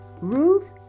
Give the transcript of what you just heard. Ruth